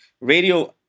radio